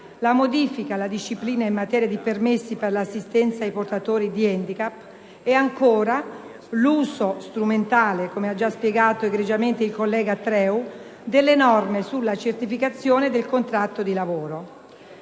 la modifica alla disciplina in materia di permessi per l'assistenza ai portatori di handicap. E, ancora, l'uso strumentale, come ha spiegato egregiamente il collega Treu, delle norme sulla certificazione del contratto di lavoro;